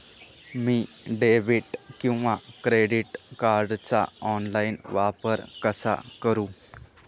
मी debit किंवा credit कार्डचा online वापर कसा करु?